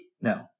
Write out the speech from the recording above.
No